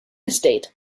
estate